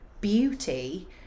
beauty